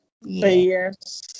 Yes